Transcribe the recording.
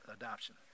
adoption